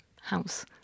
house